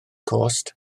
cost